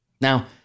Now